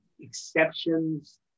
exceptions